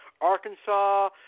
Arkansas